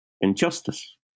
injustice